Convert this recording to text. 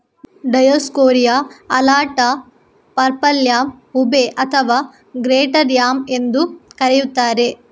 Dioscorea alata, purple yam, ube ಅಥವಾ greater yam ಎಂದೂ ಕರೆಯುತ್ತಾರೆ